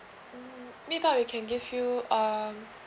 mm maybe we can give you um